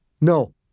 No